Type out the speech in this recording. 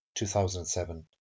2007